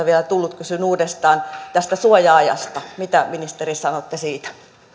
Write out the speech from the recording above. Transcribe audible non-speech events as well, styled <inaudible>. <unintelligible> vielä tullut eli kysyn uudestaan tästä suoja ajasta mitä ministeri sanotte siitä